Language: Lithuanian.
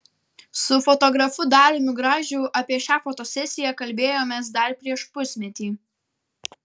su fotografu dariumi gražiu apie šią fotosesiją kalbėjomės dar prieš pusmetį